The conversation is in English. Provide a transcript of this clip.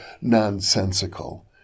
nonsensical